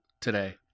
today